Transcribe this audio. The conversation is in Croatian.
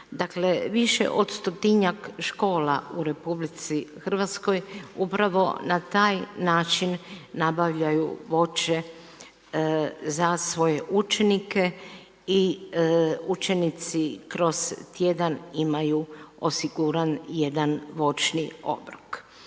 Dakle više od stotinjak škola u RH upravo na taj način nabavljaju voće za svoje učenike i učenici kroz tjedan imaju osiguran jedan voćni obrok.